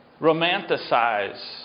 romanticize